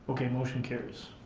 okay, motion carries.